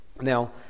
Now